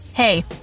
Hey